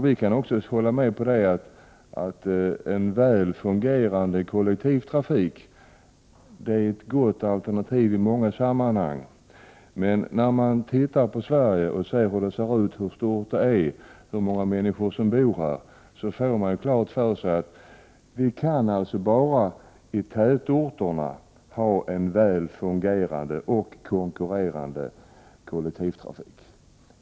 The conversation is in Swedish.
Vi kan också hålla med om att en väl fungerande kollektivtrafik är ett gott alternativ i många sammanhang, men när man ser hur stort Sverige är och hur många människor som bor här får man klart för sig att vi bara i tätorterna kan ha en väl fungerande och konkurrerande kollektivtrafik.